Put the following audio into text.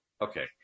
Okay